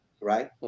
Right